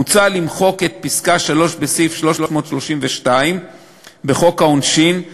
מוצע למחוק את פסקה (3) בסעיף 332 בחוק העונשין,